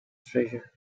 treasure